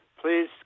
Please